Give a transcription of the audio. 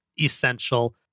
essential